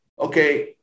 okay